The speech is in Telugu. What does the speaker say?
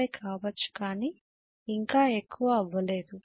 85 కావచ్చు కాని ఇంకా ఎక్కువ అవ్వలేదు